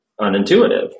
unintuitive